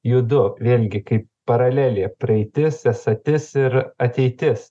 judu vėlgi kaip paralelė praeitis esatis ir ateitis